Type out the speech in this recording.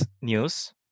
news